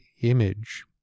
image